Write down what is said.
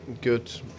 good